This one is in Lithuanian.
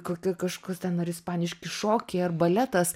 kokia kažkur ten ar ispaniški šokiai ar baletas